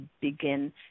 begin